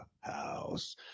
house